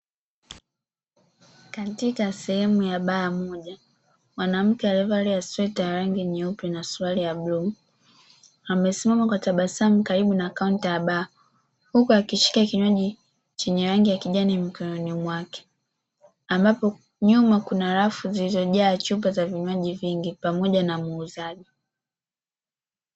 Katika sehemu ya baa moja, mwanamke aliyevalia sweta ya rangi nyeupe na suruali ya bluu, amesimama kwa tabasamu karibu na kaunta ya baa huku akishika kinywaji chenye rangi ya kijani mkononi mwake, ambapo nyuma kuna rafu zilizojaa chupa za vinywaji vingi pamoja na muuzaji.